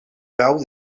grau